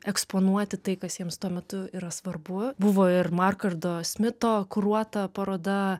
eksponuoti tai kas jiems tuo metu yra svarbu buvo ir markardo smito kuruota paroda